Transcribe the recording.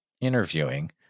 interviewing